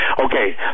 Okay